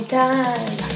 time